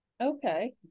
Okay